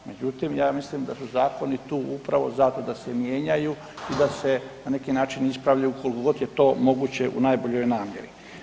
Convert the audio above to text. Međutim, ja mislim da su zakoni tu upravo zato da se mijenjaju i da se na neki način ispravljaju koliko god je to moguće u najboljoj namjeri.